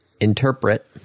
Interpret